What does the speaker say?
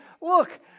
look